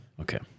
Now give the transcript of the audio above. okay